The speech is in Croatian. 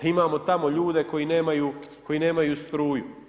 Imamo tamo ljude koji nemaju struju.